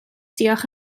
diolch